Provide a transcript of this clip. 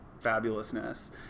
fabulousness